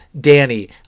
Danny